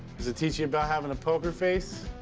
does it teach you about having a poker face?